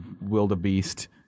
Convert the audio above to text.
wildebeest-